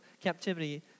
captivity